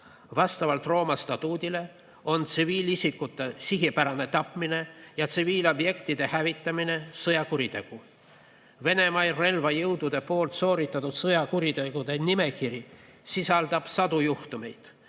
Vastavalt Rooma statuudile on tsiviilisikute sihipärane tapmine ja tsiviilobjektide hävitamine sõjakuritegu. Venemaa relvajõudude sooritatud sõjakuritegude nimekiri sisaldab sadu juhtumeid.